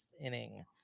inning